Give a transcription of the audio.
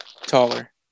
Taller